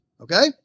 Okay